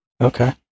Okay